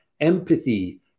Empathy